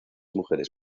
mujeres